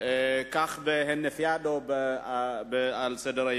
כך בהינף יד לסדר-היום,